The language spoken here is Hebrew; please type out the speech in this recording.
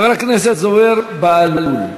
חבר הכנסת זוהיר בהלול,